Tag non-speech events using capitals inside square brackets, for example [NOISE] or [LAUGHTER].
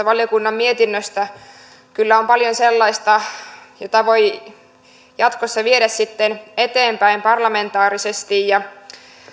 [UNINTELLIGIBLE] valiokunnan mietinnössä on kyllä paljon sellaista jota voi jatkossa viedä eteenpäin parlamentaarisesti ja